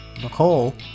Nicole